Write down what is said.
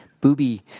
booby